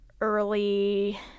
early